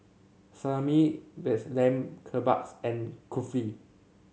Salami vast Lamb Kebabs and Kulfi